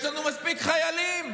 יש לנו מספיק חיילים.